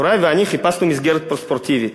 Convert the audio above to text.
הורי ואני חיפשנו מסגרת ספורטיבית,